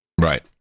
Right